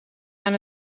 aan